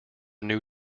new